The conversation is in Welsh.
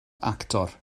actor